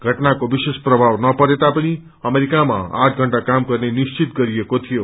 घटनाको विशेश प्रभाव नपरे तापनि अमेरिकामा द षण्टा काम गत्रेनिश्चित गरिएको शियो